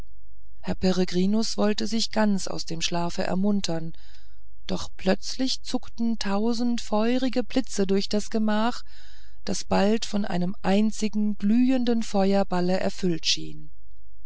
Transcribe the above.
herr peregrinus wollte sich ganz aus dem schlafe ermuntern doch plötzlich zuckten tausend feurige blitze durch das gemach das bald von einem einzigen glühenden feuerballe erfüllt schien